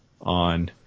on